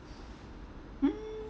hmm